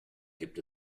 gibt